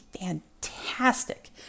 fantastic